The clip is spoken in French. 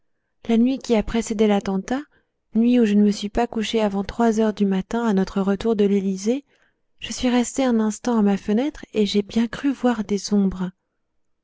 la nuit qui a précédé l'attentat nuit où je ne me suis pas couchée avant trois heures du matin à notre retour de l'élysée je suis restée un instant à ma fenêtre et j'ai bien cru voir des ombres